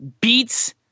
beats